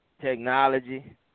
technology